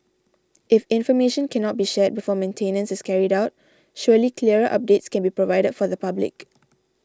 if information cannot be shared before maintenance is carried out surely clearer updates can be provided for the public